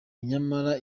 nyamara